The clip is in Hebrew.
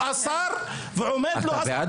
אתה בעד פגיעה במדינה?